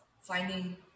finding